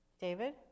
David